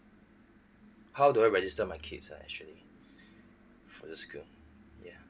how do I register my kids ah actually for the school ya